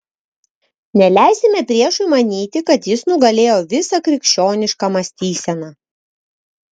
neleisime priešui manyti kad jis nugalėjo visą krikščionišką mąstyseną